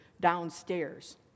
downstairs